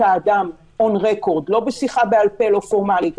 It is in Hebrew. האדם און-רקורד לא בשיחה בעל-פה לא פורמלית,